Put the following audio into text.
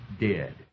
dead